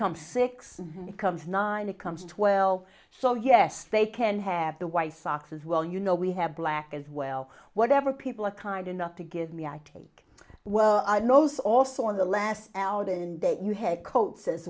comes six becomes nine it comes twelve so yes they can have the white sox as well you know we have black as well whatever people are kind enough to give me i take well knows also on the last outing date you head coach as